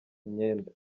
imyenda